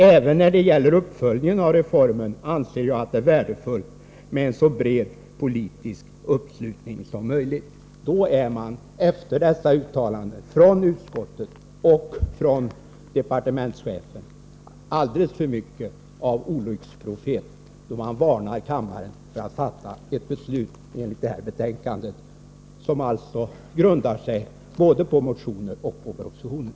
Även när det gäller uppföljningen av reformen anser jag att det är värdefullt med en så bred politisk uppslutning som möjligt.” Efter dessa uttalanden av utskottet och av departementschefen är man alldeles för mycket av olycksprofet, då man varnar kammaren för att fatta ett beslut enligt det här betänkandet, som alltså grundar sig både på motioner och på propositionen.